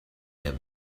him